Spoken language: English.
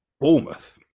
Bournemouth